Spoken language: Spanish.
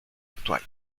actual